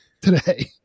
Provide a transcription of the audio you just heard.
today